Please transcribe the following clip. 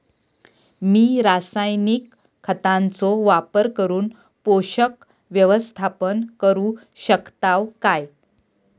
मी रासायनिक खतांचो वापर करून पोषक व्यवस्थापन करू शकताव काय?